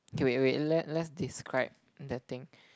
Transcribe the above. okay wait wait let let's describe the thing